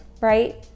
right